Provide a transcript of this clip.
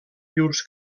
llurs